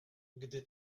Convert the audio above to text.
gdy